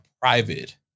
private